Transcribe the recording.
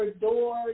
doors